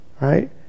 right